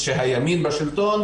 לא כל הציבור הערבי מסכים,